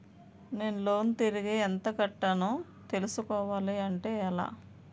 నేను లోన్ తిరిగి ఎంత కట్టానో తెలుసుకోవాలి అంటే ఎలా?